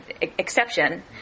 exception